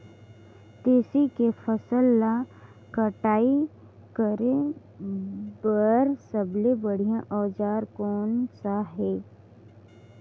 तेसी के फसल ला कटाई करे बार सबले बढ़िया औजार कोन सा हे?